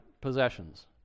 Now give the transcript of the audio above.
possessions